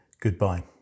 goodbye